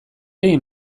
egin